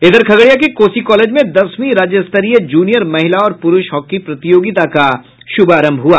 इधर खगड़िया के कोसी कॉलेज में दसवीं राज्यस्तरीय जूनियर महिला और पुरूष हॉकी प्रतियोगिता का शुभारंभ हुआ